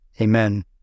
Amen